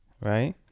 right